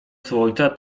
słońca